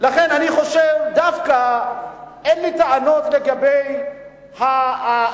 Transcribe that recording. לכן אני חושב, דווקא אין לי טענות לגבי החרדים.